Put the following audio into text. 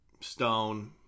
Stone